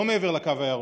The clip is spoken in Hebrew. לא מעבר לקו הירוק.